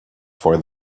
for